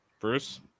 Bruce